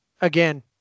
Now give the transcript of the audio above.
again